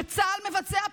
שצה"ל מבצע פשעים,